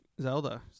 Zelda